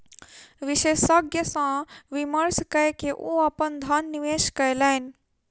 विशेषज्ञ सॅ विमर्श कय के ओ अपन धन निवेश कयलैन